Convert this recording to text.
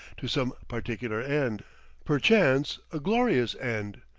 to some particular end perchance a glorious end,